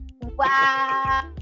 wow